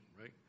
right